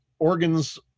organs